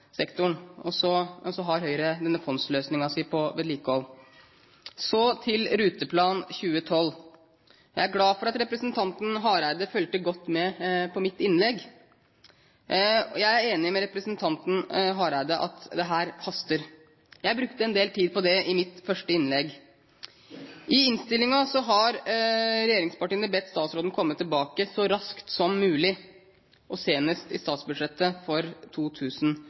og så har Høyre denne fondsløsningen sin på vedlikehold. Så til Ruteplan 2012: Jeg er glad for at representanten Hareide fulgte godt med på mitt innlegg, og jeg er enig med representanten Hareide i at dette haster. Jeg brukte en del tid på det i mitt første innlegg. I innstillingen har regjeringspartiene bedt statsråden komme tilbake så raskt som mulig, og senest i statsbudsjettet for